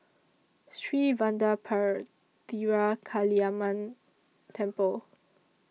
Sri Vadapathira Kaliamman Temple